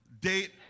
date